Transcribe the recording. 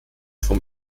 vom